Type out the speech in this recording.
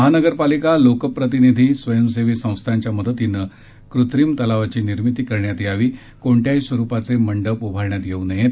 महानगरपालिका लोकप्रतिनिधी स्वयंसेवी संस्थांच्या मदतीने कृत्रिम तलावांची निर्मिती करण्यात यावी कोणत्याही स्वरूपाचे मंडप उभारण्यात येऊ नयेत